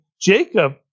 Jacob